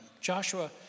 Joshua